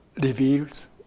reveals